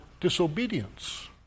disobedience